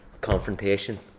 confrontation